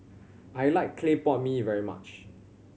I like clay pot mee very much